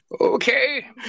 Okay